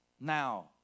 now